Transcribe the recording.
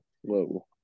Whoa